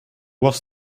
was